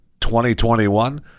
2021